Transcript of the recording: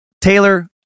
Taylor